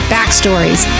Backstories